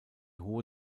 hohe